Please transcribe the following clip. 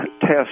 test